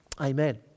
Amen